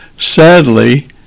Sadly